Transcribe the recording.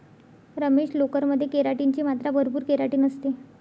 रमेश, लोकर मध्ये केराटिन ची मात्रा भरपूर केराटिन असते